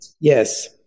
Yes